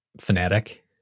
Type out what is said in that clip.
fanatic